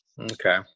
Okay